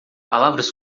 palavras